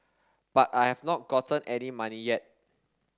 but I have not gotten any money yet